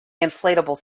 inflatable